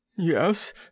Yes